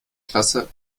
klasse